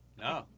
No